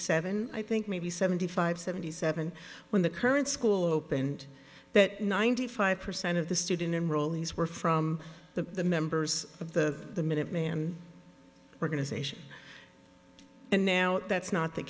seven i think maybe seventy five seventy seven when the current school opened that ninety five percent of the student enrollees were from the members of the minuteman organization and now that's not the